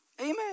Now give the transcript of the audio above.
Amen